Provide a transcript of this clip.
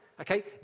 okay